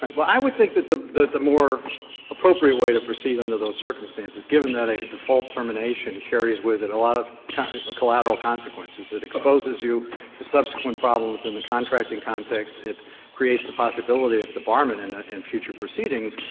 like well, i would think that the the the more appropriate way to proceed under those circumstances, given that a default termination carries with it a lot of kind of collateral consequences, it exposes you to subsequent problems in the contracting context, it creates the possibility of debarment in in future proceedings,